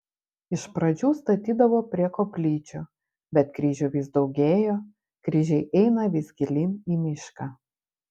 iš pradžių statydavo prie koplyčių bet kryžių vis daugėjo kryžiai eina vis gilyn į mišką